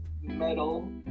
metal